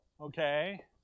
okay